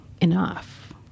enough